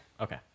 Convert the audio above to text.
Okay